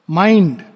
mind